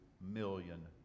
million